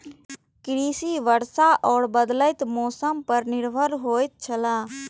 कृषि वर्षा और बदलेत मौसम पर निर्भर होयत छला